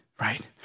right